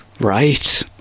right